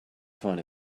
find